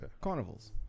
carnivals